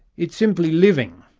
it's simply living.